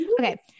Okay